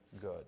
good